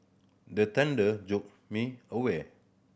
the thunder jolt me awake